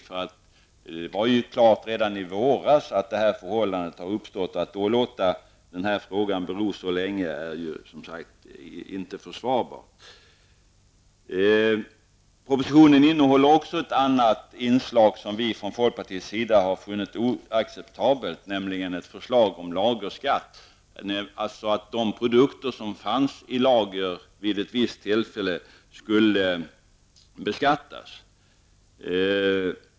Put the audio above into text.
Det stod klart redan i våras att det här förhållandet rådde. Att då låta frågan bero så länge är inte försvarbart. Propositionen innehåller även ett annat inslag som vi från folkpartiets sida har funnit oacceptabelt, nämligen ett förslag om lagerskatt. De produkter som fanns i lager vid ett visst tillfälle skulle beskattas.